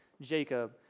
Jacob